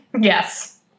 Yes